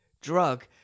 drug